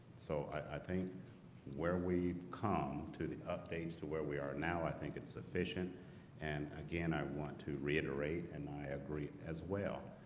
so i think where we come to the updates to where we are now, i think it's sufficient and again, i want to reiterate and i agree as well.